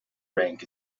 rank